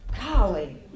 Golly